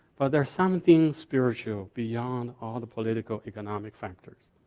but there's something spiritual, beyond all the political economic factors.